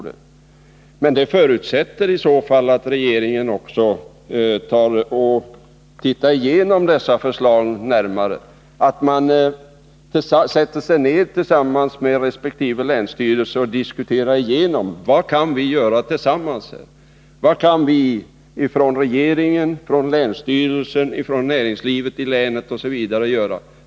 Det förutsätter i så fall att regeringen ser igenom dessa förslag närmare, sätter sig ned tillsammans med resp. länsstyrelser och diskuterar: Vad kan vi göra tillsammans? Vad kan vi göra från regeringen, från länsstyrelsen, från näringslivet i länet osv.?